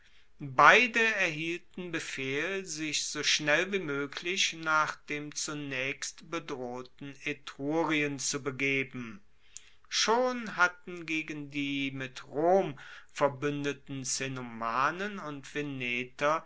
beide erhielten befehl sich so schnell wie moeglich nach dem zunaechst bedrohten etrurien zu begeben schon hatten gegen die mit rom verbuendeten cenomanen und veneter